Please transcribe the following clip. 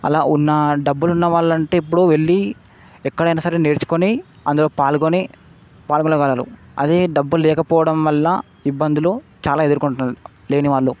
అలా ఉన్నా డబ్బులున్నవాళ్ళంటే ఇప్పుడు వెళ్ళీ ఎక్కడయినా సరే నేర్చుకొని అందులో పాల్గొని పాల్గొనగలరు అదే డబ్బులు లేకపోవడం వల్ల ఇబ్బందులు చాలా ఎదుర్కొంటున్నారు లేనివాళ్లు